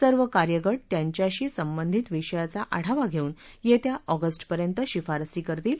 सर्व कार्यगात्यांच्याशी संबंधित विषयाचा आढावा घेऊन येत्या ऑगस्टिर्यंत शिफारसी करतील